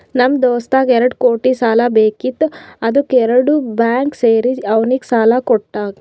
ನಮ್ ದೋಸ್ತಗ್ ಎರಡು ಕೋಟಿ ಸಾಲಾ ಬೇಕಿತ್ತು ಅದ್ದುಕ್ ಎರಡು ಬ್ಯಾಂಕ್ ಸೇರಿ ಅವ್ನಿಗ ಸಾಲಾ ಕೊಟ್ಟಾರ್